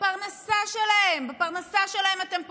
בפרנסה שלהם אתם פוגעים.